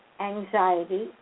anxiety